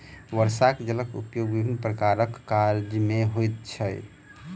वर्षाक जलक उपयोग विभिन्न प्रकारक काज मे होइत छै